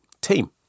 team